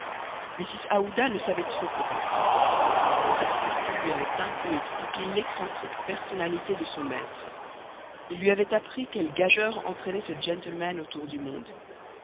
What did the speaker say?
ne savait trop que penser mais passepartout lui avait un peu expliqué l'excentrique personnalité de son maître il lui avait appris quelle gageure entraînait ce gentleman autour du monde